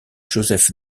joseph